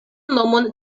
nomon